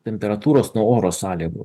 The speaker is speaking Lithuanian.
temperatūros nuo oro sąlygų